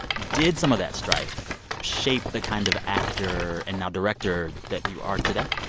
did some of that strife shape the kind of actor and now director that you are today?